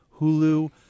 Hulu